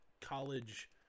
college